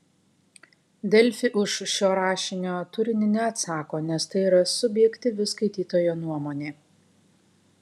delfi už šio rašinio turinį neatsako nes tai yra subjektyvi skaitytojo nuomonė